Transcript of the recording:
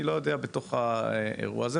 אני לא כל כך יודע בתוך האירוע הזה,